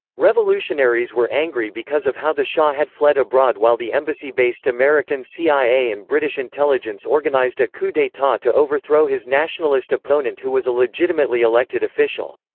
revolutionaries were angry because of how the shah had fled abroad while the embassy-based american cia and british intelligence organized a coup d'etat to overthrow his nationalist opponent who was a legitimately elected official.